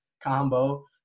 combo